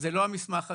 זה לא המסמך הזה.